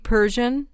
Persian؟